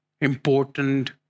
important